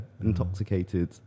intoxicated